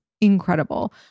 incredible